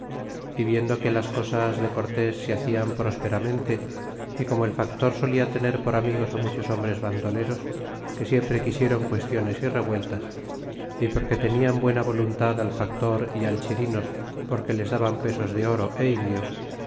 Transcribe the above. viendo que las cosas de cortés se hacian prosperatnente y como el factor solia tener por amigos muchos hombres vantloleros que siempre quisieron qüestiones y revueltas y porque tenian buena voluntad al factor y al chihnos porque les daban pesos de oro é indios